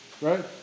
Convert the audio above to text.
right